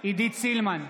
עידית סילמן,